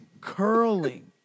Curling